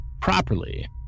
properly